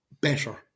better